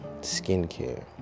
skincare